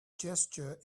gesture